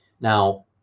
Now